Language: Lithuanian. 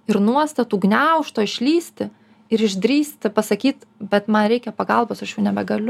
ir nuostatų gniaužto išlįsti ir išdrįsti pasakyt bet man reikia pagalbos aš jau nebegaliu